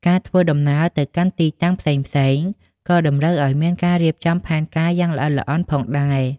ការធ្វើដំណើរទៅកាន់ទីតាំងផ្សេងៗក៏តម្រូវឱ្យមានការរៀបចំផែនការយ៉ាងល្អិតល្អន់ផងដែរ។